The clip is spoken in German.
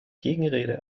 gegenrede